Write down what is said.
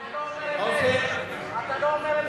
אתה לא אומר אמת,